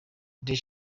they